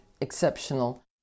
exceptional